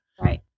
Right